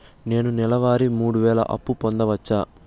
నేను నెల వారి మూడు వేలు అప్పు పొందవచ్చా?